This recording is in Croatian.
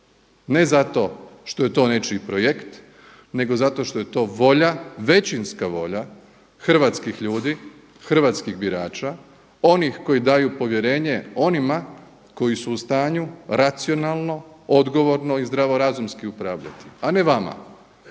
ne zato što je to nečiji projekt nego zato što je to volja, većinska volja hrvatskih ljudi, hrvatskih birača, onih koji daju povjerenje onima koji su u stanju racionalno, odgovorno i zdravorazumski upravljati a ne vama